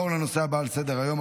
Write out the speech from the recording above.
ההצבעה: ארבעה בעד, שניים מתנגדים.